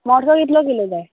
मोडसो कितलो किलो जाय